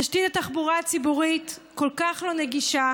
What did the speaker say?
תשתית התחבורה הציבורית כל כך לא נגישה